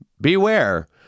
beware